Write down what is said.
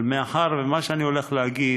אבל מאחר שמה שאני הולך להגיד